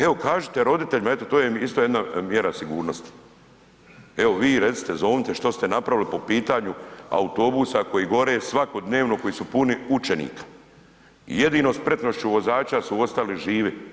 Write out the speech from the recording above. Evo kažite roditeljima, eto to je isto jedna mjera sigurnosti, evo vi recite, zovnite što ste napravili po pitanju autobusa koji gore svakodnevno koji su puni učenika i jedino spretnošću vozača su ostali živi.